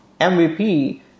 MVP